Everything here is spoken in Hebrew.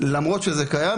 למרות שזה קיים.